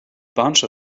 bunch